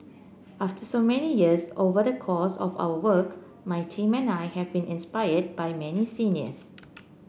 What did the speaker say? after so many years over the course of our work my team and I have been inspired by many seniors